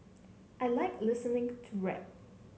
I like listening to rap